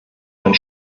herrn